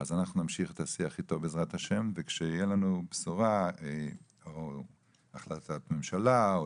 נמשיך את השיח איתו בעזרת השם וכשתהיה לנו בשורה - החלטת ממשלה,